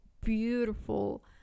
beautiful